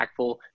impactful